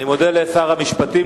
אני מודה לשר המשפטים.